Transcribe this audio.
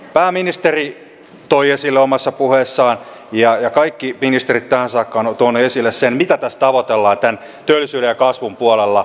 pääministeri toi esille omassa puheessaan ja kaikki ministerit tähän saakka ovat tuoneet esille sen mitä tässä tavoitellaan tämän työllisyyden ja kasvun puolella